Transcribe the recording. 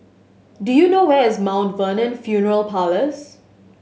do you know where is Mount Vernon Funeral Parlours